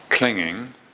Clinging